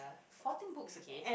fourteen books okay